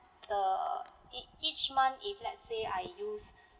the ea~ each month if let's say I use